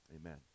amen